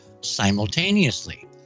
simultaneously